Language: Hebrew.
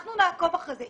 אנחנו נעקוב אחרי זה.